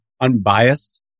unbiased